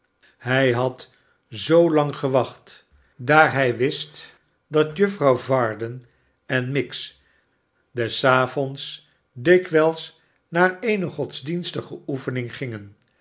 hij had zoolang gewacht daar hij wist dat juffrouw varden en miggs des avonds dikwijls naar eene godsdienstige oefening gingen